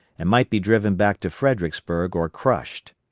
and might be driven back to fredericksburg or crushed.